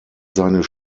seines